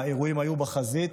האירועים היו בחזית,